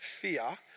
fear